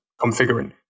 configuring